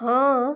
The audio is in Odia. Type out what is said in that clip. ହଁ